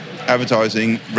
advertising